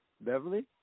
Beverly